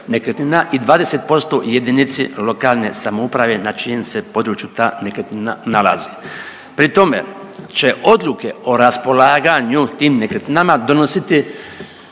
nekretnina i 20% jedinici lokalne samouprave na čijem se području ta nekretnina nalazi. Pri tome će odluke o raspolaganju tim nekretninama donositi